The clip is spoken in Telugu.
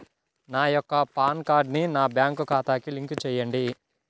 నా యొక్క పాన్ కార్డ్ని నా బ్యాంక్ ఖాతాకి లింక్ చెయ్యండి?